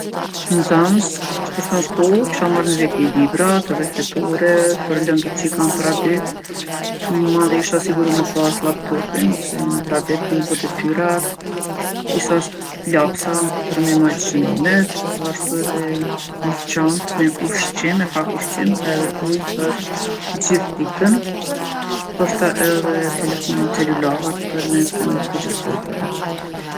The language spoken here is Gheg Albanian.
Si nxans që po shkon n'shkollë kisha marrë me veti librat edhe fletore për lëndët qe i kom për atë ditë. Mandej isha siguru me pasë llaptopin ose ni tablet për m'i bo detyrat, disa st- lapsa për me i majtë shënimet, poashtu edhe ni çantë me ushqim, me pak ushqim edhe ujë për gjithë ditën. Ndoshta edhe telefonin celular për me komuniku gjatë pauzave.